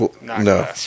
No